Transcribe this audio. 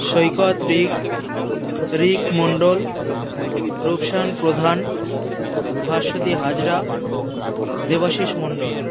Saikat Rik Rik Mondal Rupsan Pradhan Bhaswati Hazra Debashis Mondal